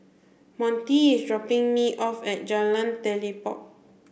Monty is dropping me off at Jalan Telipok